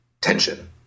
tension